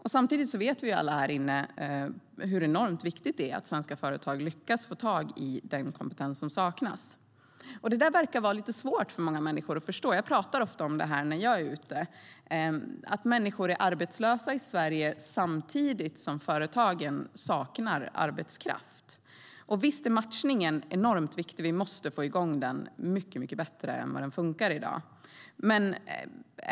Och samtidigt vet vi ju alla hur enormt viktigt det är att svenska företag lyckas få tag i den kompetens som saknas. Det där verkar vara lite svårt för många att förstå. Jag pratar ofta om detta när jag är ute, att människor är arbetslösa i Sverige samtidigt som det är stor arbetskraftsbrist inom en mängd yrken. Visst är matchningen enormt viktig. Vi måste få den att fungera mycket bättre än vad den gör i dag.